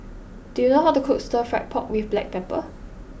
do you know how to cook Stir Fried Pork with Black Pepper